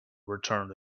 returned